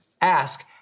Ask